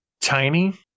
tiny